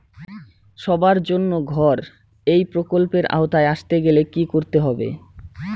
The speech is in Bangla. সবার জন্য ঘর এই প্রকল্পের আওতায় আসতে গেলে কি করতে হবে?